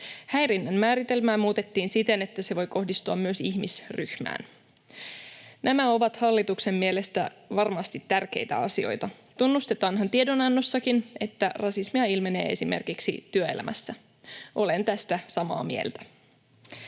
Häirinnän määritelmää muutettiin siten, että se voi kohdistua myös ihmisryhmään. Nämä ovat hallituksen mielestä varmasti tärkeitä asioita — tunnustetaanhan tiedonannossakin, että rasismia ilmenee esimerkiksi työelämässä. Olen tästä samaa mieltä.